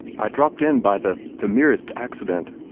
i dropped in by the the merest accident,